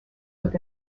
with